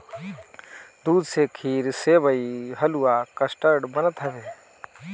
दूध से खीर, सेवई, हलुआ, कस्टर्ड बनत हवे